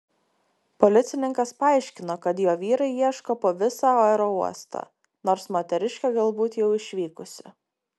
policininkas paaiškino kad jo vyrai ieško po visą aerouostą nors moteriškė galbūt jau išvykusi